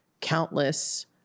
countless